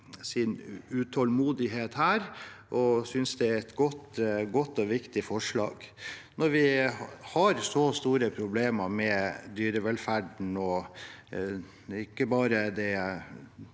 utålmodighet her og synes det er et godt og viktig forslag når vi har så store problemer med dyrevelferden – og ikke bare med